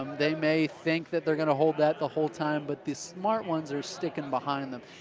um they may think that they're going to hold that the whole time, but the smart ones are sticking behind them.